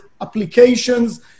applications